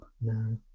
No